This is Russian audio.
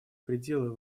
предела